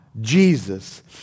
Jesus